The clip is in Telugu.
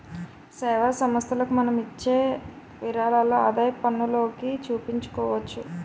సేవా సంస్థలకు మనం ఇచ్చే విరాళాలు ఆదాయపన్నులోకి చూపించుకోవచ్చు